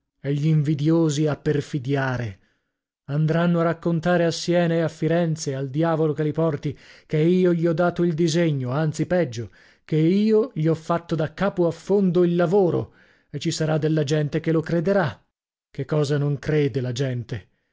e gl'invidiosi a perfidiare andranno a raccontare a siena e a firenze al diavolo che li porti che io gli ho dato il disegno anzi peggio che io gli ho fatto da capo a fondo il lavoro e ci sarà della gente che lo crederà che cosa non crede la gente